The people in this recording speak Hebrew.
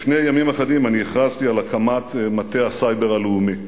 לפני ימים אחדים אני הכרזתי על הקמת מטה הסייבר הלאומי.